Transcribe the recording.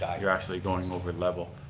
ah you're actually going over level.